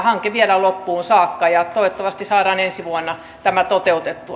hanke viedään loppuun saakka ja toivottavasti saadaan ensi vuonna tämä toteutettua